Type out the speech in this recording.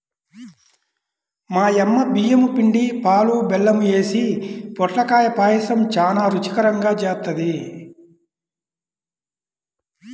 మా యమ్మ బియ్యం పిండి, పాలు, బెల్లం యేసి పొట్లకాయ పాయసం చానా రుచికరంగా జేత్తది